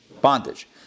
bondage